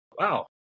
wow